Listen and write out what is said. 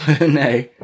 No